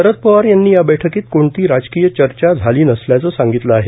शरद पवार यांनी या बैठकीत कोणतीही राजकीय चर्चा झाली नसल्याचं सांगितलं आहे